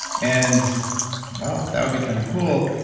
and well, that would be kind of cool,